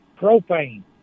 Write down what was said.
Propane